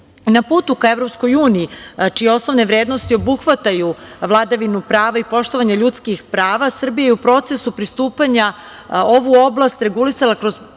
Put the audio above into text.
na putu ka EU, čije osnovne vrednosti obuhvataju vladavinu prava i poštovanje ljudskih prava, Srbija je u procesu pristupanja, ovu oblast regulisala kroz